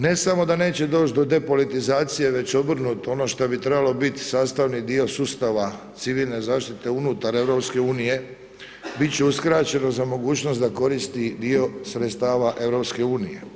Ne samo da neće doći do depolitizacije, već obrnuto, ono što bi trebalo biti sastavni dio sustava civilne zaštite unutar EU biti će uskraćeno za mogućnost da koristi dio sredstava EU.